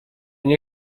nie